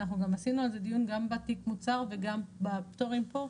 אנחנו גם עשינו על זה דיון גם בתיק מוצר וגם בפטורים פה,